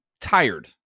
tired